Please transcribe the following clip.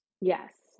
Yes